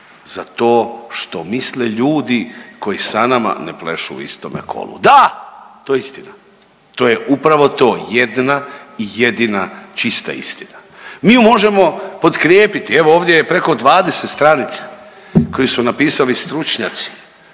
za to što misle ljudi koji sa nama plešu u istome kolu. Da, to je istina. To je upravo to. Jedna jedina čista istina. Mi ju možemo potkrijepiti, evo ovdje je preko 20 stranica koji su napisali stručnjaci